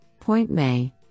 PointMay